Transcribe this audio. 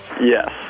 Yes